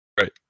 Right